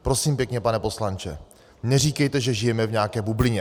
Prosím pěkně, pane poslanče, neříkejte, že žijeme v nějaké bublině.